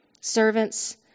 Servants